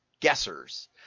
guessers